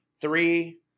three